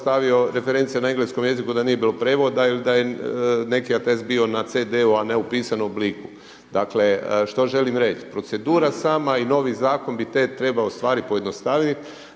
dostavio reference na engleskom jeziku da nije bilo prijevoda ili da je neki atest bio na CD-u, a ne u pisanom obliku. Dakle, što želim reći? Procedura sama i novi Zakon bi te stvari treba pojednostaviti